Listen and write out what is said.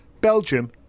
Belgium